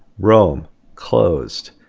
rome closed.